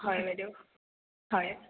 হয় বাইদেউ হয়